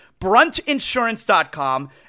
Bruntinsurance.com